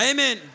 Amen